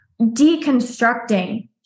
deconstructing